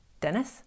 Dennis